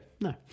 no